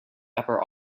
upper